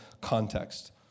context